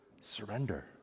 surrender